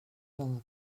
vingt